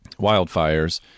wildfires